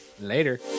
later